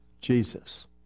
jesus